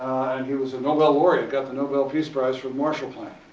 and he was a nobel laureate. got the nobel peace prize for the marshall plan.